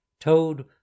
Toad